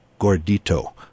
gordito